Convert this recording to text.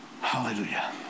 Hallelujah